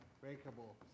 breakable